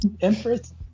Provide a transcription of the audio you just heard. Empress